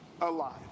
alive